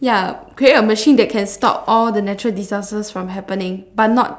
ya create a machine that can stop all the natural disasters from happening but not